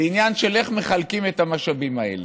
זה עניין של איך מחלקים את המשאבים האלה.